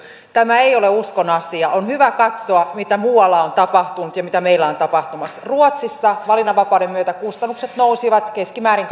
tämä ei ole uskon asia on hyvä katsoa mitä muualla on tapahtunut ja mitä meillä on tapahtumassa ruotsissa valinnanvapauden myötä kustannukset nousivat keskimäärin